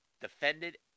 defended